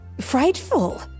frightful